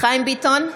חיים ביטון,